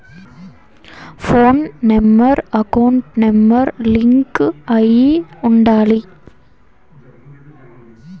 పోను number account number కి link అయ్యి ఉండాలి